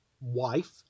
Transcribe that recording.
wife